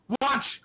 Watch